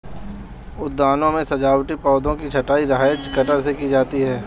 उद्यानों में सजावटी पौधों की छँटाई हैज कटर से की जाती है